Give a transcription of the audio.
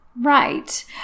Right